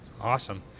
awesome